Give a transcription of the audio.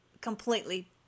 completely